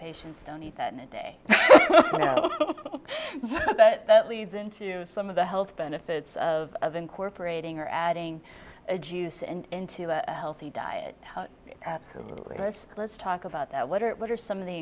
patients don't eat that in a day but that leads into some of the health benefits of of incorporating or adding a juice and into a healthy diet absolutely let's let's talk about that what are what are some of the